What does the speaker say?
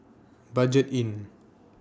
Budget Inn